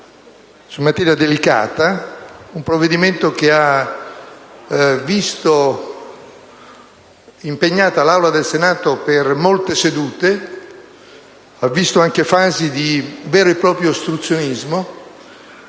in materia delicata: un provvedimento che ha visto impegnata l'Aula del Senato per molte sedute e ha visto anche fasi di vero e proprio ostruzionismo,